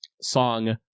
song